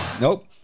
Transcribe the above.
Nope